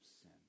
sin